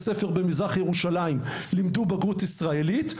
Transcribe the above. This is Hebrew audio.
ספר במזרח ירושלים לימדו לבגרות ישראלית.